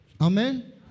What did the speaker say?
Amen